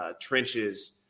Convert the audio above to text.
trenches